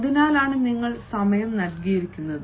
അതിനാലാണ് നിങ്ങൾക്ക് സമയം നൽകിയിരിക്കുന്നത്